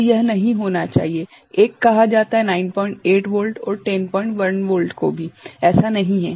तो यह नहीं होना चाहिए 1 कहा जाता है 98 वोल्ट और 101 वोल्ट को भी ऐसा नहीं है